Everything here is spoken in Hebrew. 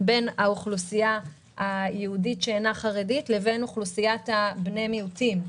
בין האוכלוסייה היהודית שאינה חרדית לבין אוכלוסיית בני המיעוטים.